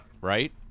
Right